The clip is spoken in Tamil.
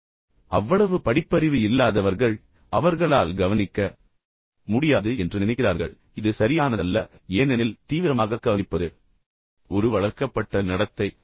எனவே அவ்வளவு படிப்பறிவு இல்லாதவர்கள் அவர்களால் கவனிக்க முடியாது என்று நினைக்கிறார்கள் இது சரியானதல்ல ஏனெனில் தீவிரமாகக் கவனிப்பது ஒரு வளர்க்கப்பட்ட நடத்தை